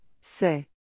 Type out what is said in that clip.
c'est